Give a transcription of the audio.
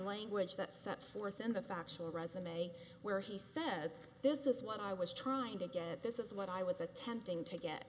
language that set forth in the factual resume where he says this is what i was trying to get this is what i was attempting to get